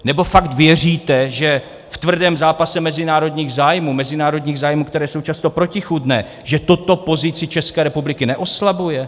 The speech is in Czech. Nebo fakt věříte, že v tvrdém zápase mezinárodních zájmů, mezinárodních zájmů, které jsou často protichůdné, že toto pozici České republiky neoslabuje?